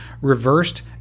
reversed